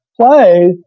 play